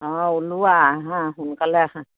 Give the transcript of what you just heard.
অঁ ওলোৱা আহা সোনকালে আহা